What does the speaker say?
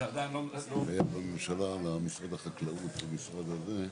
יש עוד הערות לסעיף הזה, לפסקה הראשונה?